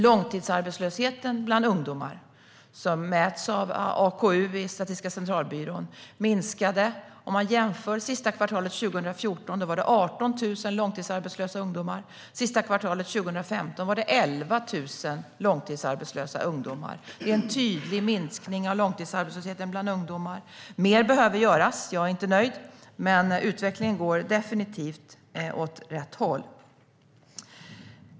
Långtidsarbetslösheten bland ungdomar, som mäts av AKU i Statistiska centralbyrån, minskade. Om man jämför med sista kvartalet 2014 var det 18 000 långtidsarbetslösa ungdomar. Sista kvartalet 2015 var det 11 000 långtidsarbetslösa ungdomar. Det är en tydlig minskning av långtidsarbetslösheten bland ungdomar. Mer behöver göras. Jag är inte nöjd, men utvecklingen går definitivt åt rätt håll.